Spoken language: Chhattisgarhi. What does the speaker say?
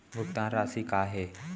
भुगतान राशि का हे?